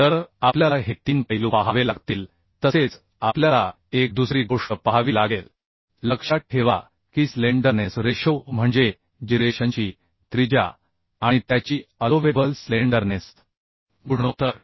तर आपल्याला हे तीन पैलू पाहावे लागतील तसेच आपल्याला एक दुसरी गोष्ट पाहावी लागेल लक्षात ठेवा की स्लेंडरनेस रेशो म्हणजे जिरेशनची त्रिज्या आणि त्याची अलोवेबल स्लेंडरनेस गुणोत्तर